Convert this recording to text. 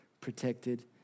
protected